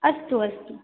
अस्तु अस्तु